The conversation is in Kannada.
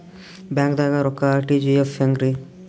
ಬ್ಯಾಂಕ್ದಾಗ ರೊಕ್ಕ ಆರ್.ಟಿ.ಜಿ.ಎಸ್ ಹೆಂಗ್ರಿ?